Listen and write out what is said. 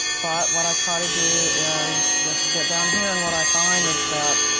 but what i try to do is just get down here and what i find is that,